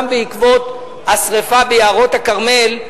גם בעקבות השרפה ביערות הכרמל,